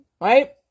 right